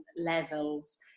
levels